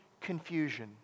confusion